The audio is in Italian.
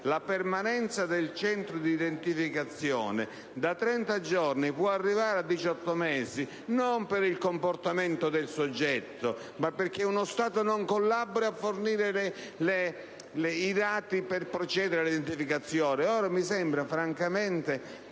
la permanenza nel Centro di identificazione da 30 giorni può arrivare a 18 mesi non per il comportamento del soggetto, ma perché uno Stato non collabora a fornire i dati per procedere all'identificazione. Mi sembra, francamente,